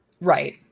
Right